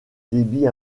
débit